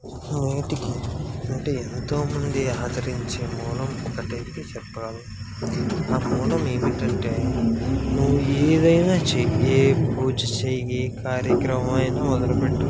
నేటికీ అంటే ఎంతో మంది ఆదరించే మూలం ఒకటైతే చెప్పాలి ఆ మూలం ఏమిటంటే నువ్వు ఏదైనా చెయి ఏ పూజ చెయ్యి ఏ కార్యక్రమం అయినా మొదలుపెట్టు